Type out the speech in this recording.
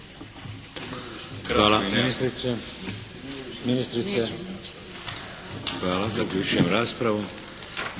Hvala. Ministrice? Hvala. Zaključujem raspravu.